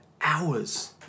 hours